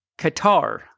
Qatar